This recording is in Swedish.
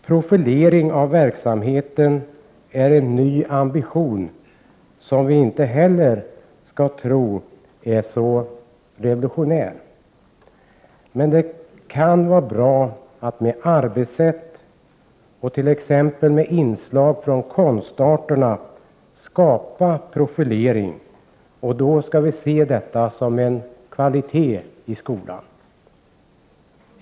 Profilering av verksamheten är en ny ambition, som vi inte heller skall tro är så revolutionär. Men det kan vara bra att i arbetssätt och t.ex. med inslag från konstarterna skapa en profilering, och det skall vi se som en kvalitet i skolan.